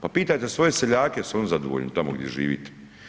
Pa pitajte svoje seljake jesu oni zadovoljni, tamo gdje živite.